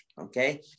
Okay